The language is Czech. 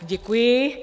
Děkuji.